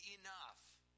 enough